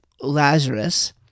Lazarus